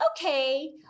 okay